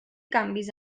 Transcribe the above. canvis